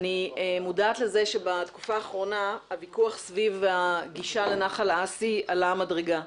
אני מודעת לזה שבתקופה האחרונה הוויכוח סביב הגישה לנחל האסי עלה מדרגה.